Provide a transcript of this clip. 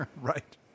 Right